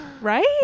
Right